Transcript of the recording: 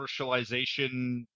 commercialization